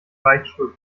beichtstuhl